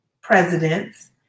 presidents